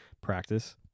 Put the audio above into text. practice